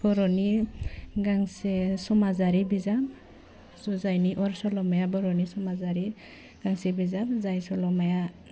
बर'नि गांसे समाजारि बिजाब जुजाइनि अर सल'माया बर'नि समाजारि गांसे बिजाब जाय सल'माया